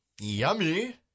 Yummy